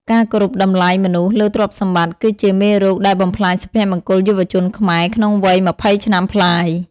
ការគោរពតម្លៃមនុស្សលើទ្រព្យសម្បត្តិ គឺជាមេរោគដែលបំផ្លាញសុភមង្គលយុវជនខ្មែរក្នុងវ័យ២០ឆ្នាំប្លាយ។